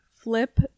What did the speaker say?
flip